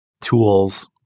tools